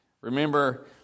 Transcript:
remember